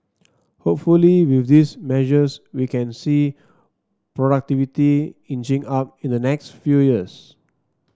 hopefully with these measures we can see productivity inching up in the next few years